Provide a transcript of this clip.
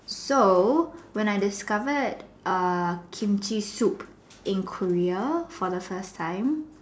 so when I discovered Kimchi soup in Korea for the first time